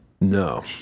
No